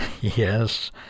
yes